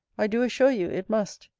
i do assure you it must.